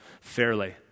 fairly